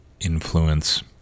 influence